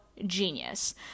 genius